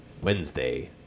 Wednesday